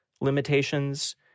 limitations